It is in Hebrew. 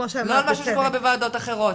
--- לא על משהו שקורה בוועדות אחרות,